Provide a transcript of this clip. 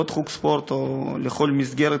לעוד חוג ספורט או לכל מסגרת,